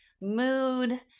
mood